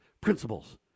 principles